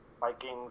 Vikings